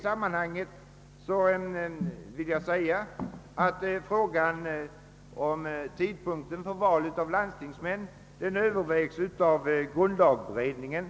Jag vill påpeka att frågan om tidpunkten för val av landstingsmän övervägs av grundlagberedningen.